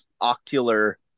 ocular